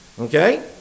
Okay